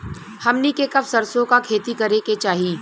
हमनी के कब सरसो क खेती करे के चाही?